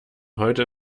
heute